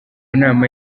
nama